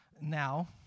now